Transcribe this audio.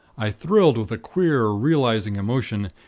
i thrilled with a queer, realizing emotion,